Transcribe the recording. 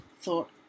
thought